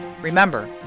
Remember